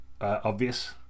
obvious